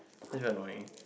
it's very annoying